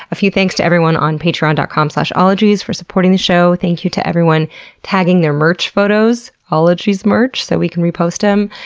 a few thanks to everyone on patreon dot com slash ologies for supporting the show, thank you to everyone tagging their merch photos ologiesmerch so we can repost them.